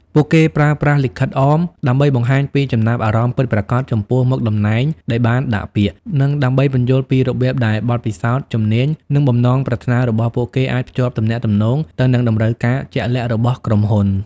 ពួកគេប្រើប្រាស់ លិខិតអម ដើម្បីបង្ហាញពីចំណាប់អារម្មណ៍ពិតប្រាកដចំពោះមុខតំណែងដែលបានដាក់ពាក្យ និងដើម្បីពន្យល់ពីរបៀបដែលបទពិសោធន៍ ជំនាញ និងបំណងប្រាថ្នារបស់ពួកគេអាចភ្ជាប់ទំនាក់ទំនងទៅនឹងតម្រូវការជាក់លាក់របស់ក្រុមហ៊ុន។